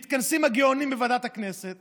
מתכנסים הגאונים בוועדת הכנסת